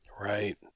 Right